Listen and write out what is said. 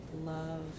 love